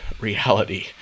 reality